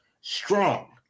strong